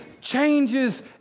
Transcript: changes